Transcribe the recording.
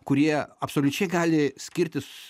kurie absoliučiai gali skirtis